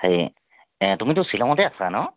হেই এ তুমিতো শ্বিলঙতে আছা ন'